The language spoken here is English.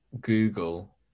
Google